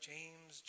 James